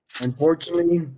Unfortunately